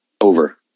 Over